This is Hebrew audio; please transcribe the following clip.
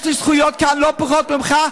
יש לי זכויות כאן לא פחות ממך,